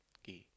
okay